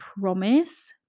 promise